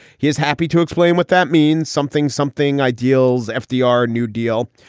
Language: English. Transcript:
he is happy to explain what that means. something something ideals, and fdr, new deal.